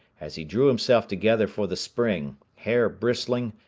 as he drew himself together for the spring, hair bristling,